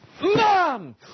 Mom